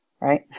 right